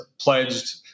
pledged